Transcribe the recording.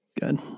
Good